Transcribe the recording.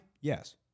Yes